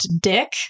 Dick